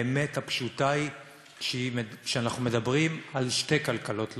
האמת הפשוטה היא שאנחנו מדברים על שתי כלכלות,